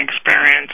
experience